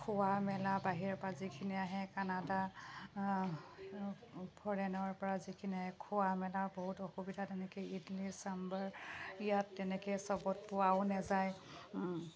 খোৱা মেলা বাহিৰৰপৰা যিখিনি আহে কানাডা ফৰেইনৰপৰা যিখিনি আহে খোৱা মেলাৰ বহুত অসুবিধা তেনেকৈ ইডলি চাম্বাৰ ইয়াত তেনেকৈ চবত পোৱাও নেযায়